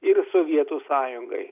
ir sovietų sąjungai